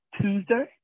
Tuesday